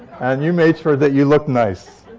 and you made sure that you looked nice.